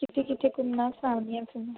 कित्थे कित्थे घूमना सनानी आं फेर मैं